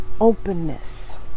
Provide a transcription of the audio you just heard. openness